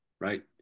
Right